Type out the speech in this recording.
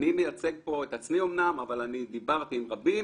אני מייצג פה את עצמי אמנם אבל אני דיברתי עם רבים